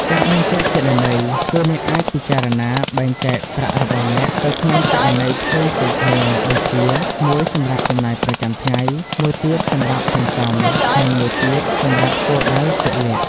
ការបែងចែកគណនី គឺអ្នកអាចពិចារណាបែងចែកប្រាក់របស់អ្នកទៅក្នុងគណនីផ្សេងៗគ្នា ដូចជា មួយសម្រាប់ចំណាយប្រចាំថ្ងៃ មួយទៀតសម្រាប់សន្សំ និងមួយទៀតសម្រាប់គោលដៅជាក់លាក់។